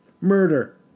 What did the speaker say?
Murder